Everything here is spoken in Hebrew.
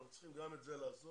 אנחנו צריכים גם את זה לעשות,